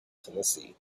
tennessee